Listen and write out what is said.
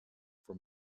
for